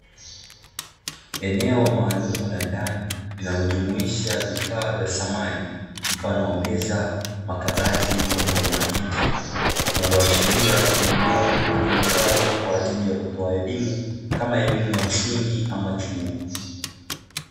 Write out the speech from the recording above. Eneo maalumu la ndani linalojumuisha vifaa vya samani mfano wa meza, makabati pamoja na viti linaloashiria ni eneo litumikalo kwa ajili ya kutoa elimu kama elimu ya msingi ama chuo.